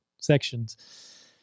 sections